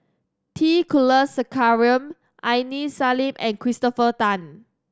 T Kulasekaram Aini Salim and Christopher Tan